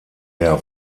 der